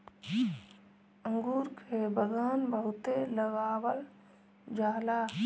अंगूर के बगान बहुते लगावल जाला